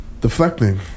deflecting